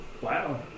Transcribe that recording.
Wow